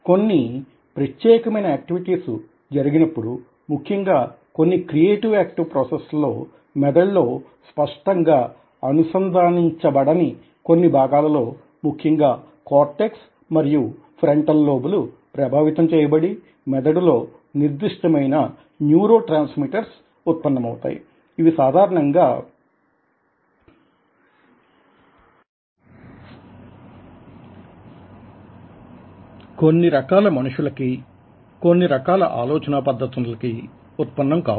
కొన్ని ప్రత్యేకమైన ఏక్టివిటీస్ జరిగినప్పుడు ముఖ్యంగా కొన్ని క్రియేటివ్ ఏక్టివ్ ప్రోసెసెస్ లో మెదడులో స్పష్టంగా అనుసంధానించబడని కొన్ని భాగాలలో ముఖ్యంగా కోర్టెక్స్ మరియు ఫ్రంటల్ లోబ్ లు ప్రభావితం చేయబడి మెదడులో నిర్ధిష్టమైన న్యూరో ట్రాన్స్మిటర్స్ ఉత్పన్నమౌతాయి ఇవి సాధారణంగా కొన్నిరకాల మనుషులకీ కొన్ని రకాల ఆలోచనా పద్దతులకీ ఉత్పన్నం కావు